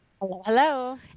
Hello